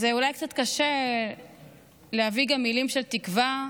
זה אולי קצת קשה להביא גם מילים של תקווה,